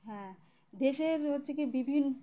হ্যাঁ দেশের হচ্ছে কি বিভিন্ন